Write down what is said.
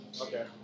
Okay